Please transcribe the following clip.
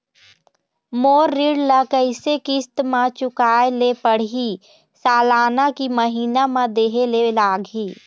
मोर ऋण ला कैसे किस्त म चुकाए ले पढ़िही, सालाना की महीना मा देहे ले लागही?